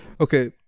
okay